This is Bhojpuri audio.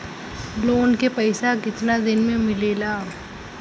लोन के पैसा कितना दिन मे मिलेला?